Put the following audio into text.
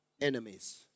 enemies